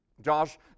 Josh